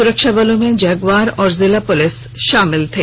सुरक्षाबलों में जगुरआर और जिला पुलिस शामिल थी